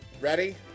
Ready